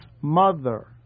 mother